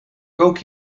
kook